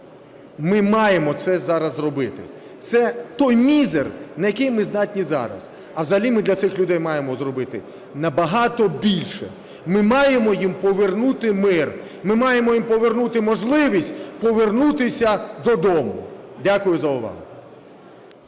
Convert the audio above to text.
Ми маємо це зараз зробити. Це той мізер, на який ми здатні зараз. А взагалі ми для цих людей маємо зробити набагато більше: ми маємо їм повернути мир, ми маємо їм повернути можливість повернутися додому. Дякую за увагу.